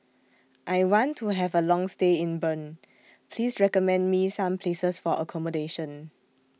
I want to Have A Long stay in Bern Please recommend Me Some Places For accommodation